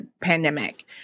pandemic